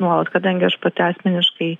nuolat kadangi aš pati asmeniškai